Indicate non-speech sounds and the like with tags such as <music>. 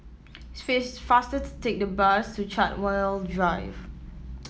<unintelligible> faster to take the bus to Chartwell Drive